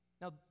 Now